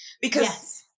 because-